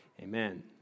Amen